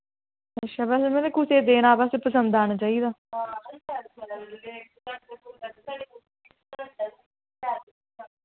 अच्छा वैसे में ते कुसै देना बस पसंद औना चाहिदा